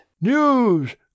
News